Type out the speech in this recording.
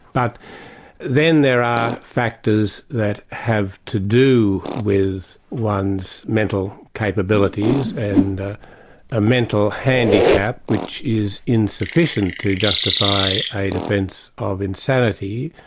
but then there are factors that have to do with one's mental capabilities, and a mental handicap, which is insufficient to justify a defence of insanity,